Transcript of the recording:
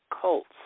cults